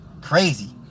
Crazy